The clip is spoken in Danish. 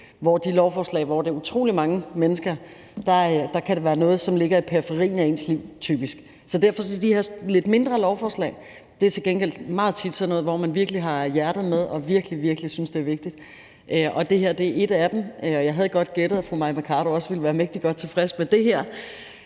omfatter utrolig mange mennesker, til gengæld kan handle om noget, som typisk ligger i periferien af deres liv. Så derfor er det meget tit sådan med de her lidt mindre lovforslag, at man til gengæld virkelig har hjertet med og virkelig, virkelig synes, det er vigtigt. Og det her er et af dem. Jeg havde godt gættet, at fru Mai Mercado også ville være mægtig godt tilfreds med det her,